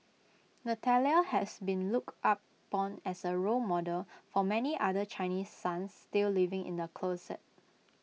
Natalia has been looked upon as A role model for many other Chinese sons still living in the closet